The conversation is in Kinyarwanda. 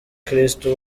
bakristo